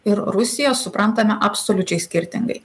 ir rusija suprantame absoliučiai skirtingai